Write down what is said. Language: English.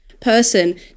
person